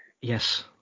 Yes